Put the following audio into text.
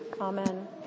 Amen